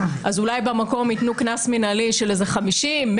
אז אולי במקום יתנו קנס מנהלי של איזה 50,000,